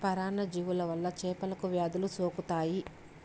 పరాన్న జీవుల వల్ల చేపలకు వ్యాధులు సోకుతాయి